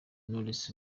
knowless